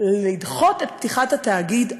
לדחות את פתיחת התאגיד,